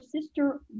sister